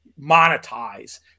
monetize